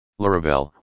Laravel